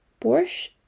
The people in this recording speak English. Borscht